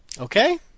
okay